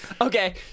Okay